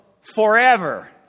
forever